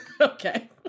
Okay